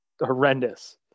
horrendous